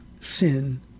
sin